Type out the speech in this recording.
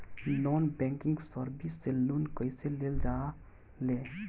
Non banking service से loan कैसे लेल जा ले?